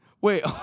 wait